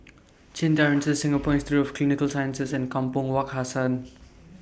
Chin Terrace Singapore Institute For Clinical Sciences and Kampong Wak Hassan